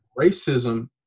Racism